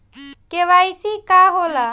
KYC का होला?